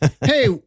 hey